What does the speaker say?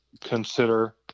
consider